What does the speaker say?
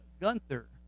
Gunther